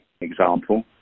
example